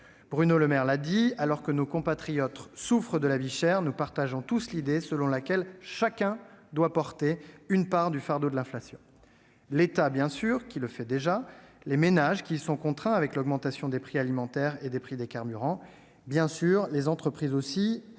Bruno Le Maire l'a rappelé, alors que nos compatriotes souffrent de la vie chère, nous partageons tous l'idée selon laquelle chacun doit porter une part du fardeau de l'inflation : l'État, bien entendu, qui le fait déjà ; les ménages, qui y sont contraints avec l'augmentation des prix alimentaires et des prix des carburants ; et, bien sûr, les entreprises.